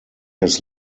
his